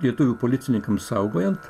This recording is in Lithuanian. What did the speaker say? lietuvių policininkams saugojant